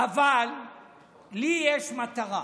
אבל לי יש מטרה,